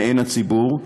מעין הציבור,